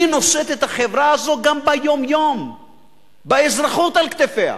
והיא נושאת את החברה הזאת גם ביום-יום באזרחות על כתפיה.